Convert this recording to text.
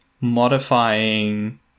modifying